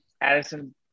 Addison